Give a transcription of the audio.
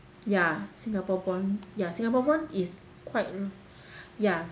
ya singapore bond ya singapore bond is quite ya